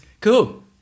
Cool